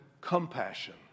compassion